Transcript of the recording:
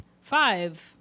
Five